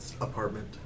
apartment